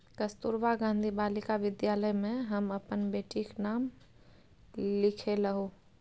कस्तूरबा गांधी बालिका विद्यालय मे हम अपन बेटीक नाम लिखेलहुँ